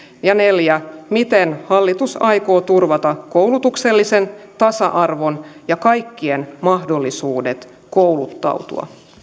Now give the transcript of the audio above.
ja miten hallitus aikoo turvata koulutuksellisen tasa arvon ja kaikkien mahdollisuudet kouluttautua